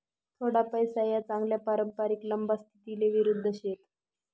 थोडा पैसा या चांगला पारंपरिक लंबा स्थितीले विरुध्द शेत